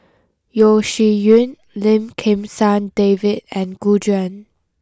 Yeo Shih Yun Lim Kim San David and Gu Juan